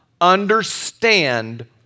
understand